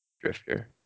Drifter